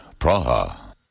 Praha